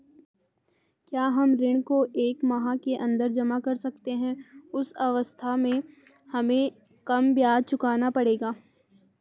क्या हम ऋण को एक माह के अन्दर जमा कर सकते हैं उस अवस्था में हमें कम ब्याज चुकाना पड़ेगा?